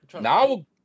Now